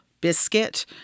biscuit